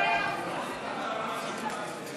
להעביר לוועדה את הצעת חוק הסכמים לנשיאת עוברים (אישור הסכם